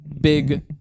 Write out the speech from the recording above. big